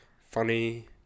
Funny